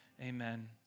amen